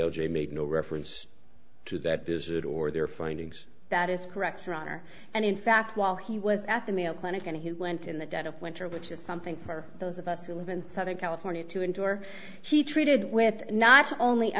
j made no reference to that visit or their findings that is correct runner and in fact while he was at the mayo clinic and he went in the dead of winter which is something for those of us who live in southern california to endure he treated with not only